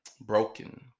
broken